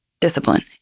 Discipline